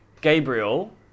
Gabriel